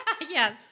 Yes